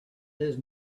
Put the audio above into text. his